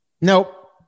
Nope